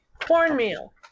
Cornmeal